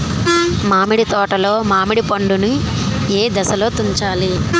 మామిడి తోటలో మామిడి పండు నీ ఏదశలో తుంచాలి?